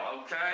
okay